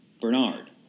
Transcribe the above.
Bernard